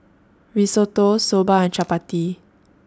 Risotto Soba and Chapati